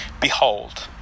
Behold